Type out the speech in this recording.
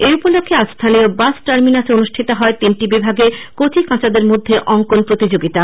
এই উপলক্ষ্যে আজ স্থানীয় বাস টার্মিনাসে অনুষ্ঠিত হয় তিনটি বিভাগে কচিকাঁচাদের মধ্যে অঙ্কন প্রতিযোগিতা